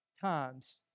times